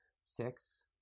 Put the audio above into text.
six